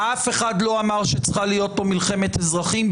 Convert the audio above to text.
אף אחד לא אמר שצריכה להיות פה מלחמת אזרחים.